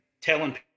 telling